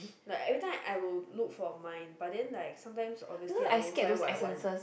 like every time I will look for mine but then like sometimes obviously I won't find I want